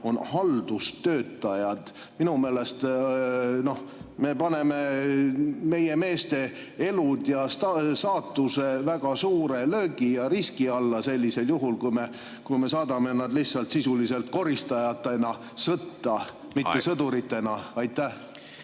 on haldustöötajad? Minu meelest me paneme meie meeste elud ja saatuse väga suure löögi ja riski alla sellisel juhul, kui me saadame nad lihtsalt sisuliselt koristajatena sõtta, mitte sõduritena. Aitäh!